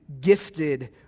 gifted